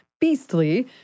beastly